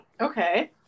Okay